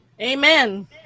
Amen